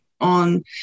on